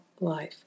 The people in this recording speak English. life